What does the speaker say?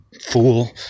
fool